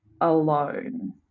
alone